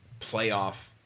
Playoff